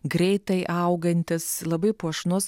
greitai augantis labai puošnus